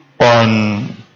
on